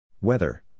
Weather